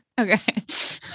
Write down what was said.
Okay